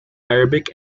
arabic